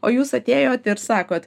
o jūs atėjot ir sakot